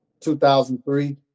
2003